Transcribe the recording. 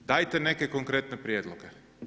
Dajte neke konkretne prijedloge.